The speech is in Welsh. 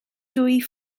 dwy